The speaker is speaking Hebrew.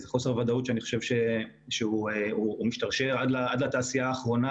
אני חושב שחוסר הוודאות הזה משתרשר עד לתעשייה האחרונה